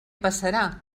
passarà